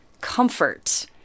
comfort